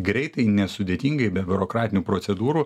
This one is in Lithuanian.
greitai nesudėtingai be biurokratinių procedūrų